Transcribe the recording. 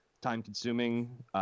time-consuming